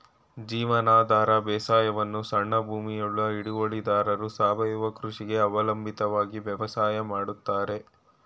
ಜೀವನಾಧಾರ ಬೇಸಾಯವನ್ನು ಸಣ್ಣ ಭೂಮಿಯುಳ್ಳ ಹಿಡುವಳಿದಾರರು ಸಾವಯವ ಕೃಷಿಗೆ ಅವಲಂಬಿತವಾಗಿ ವ್ಯವಸಾಯ ಮಾಡ್ತರೆ